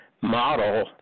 model